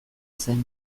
zen